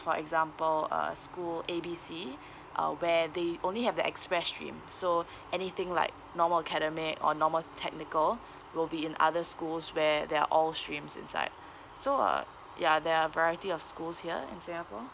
for example uh school A B C uh where they only have the express stream so anything like normal academic or normal technical will be in other schools where there are all streams inside so uh ya there are a variety of schools here in singapore